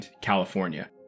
California